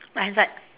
right hand side